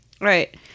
Right